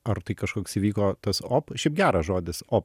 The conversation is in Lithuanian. ar tai kažkoks įvyko tas op šiaip geras žodis op